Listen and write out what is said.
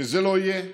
כשזה לא יהיה,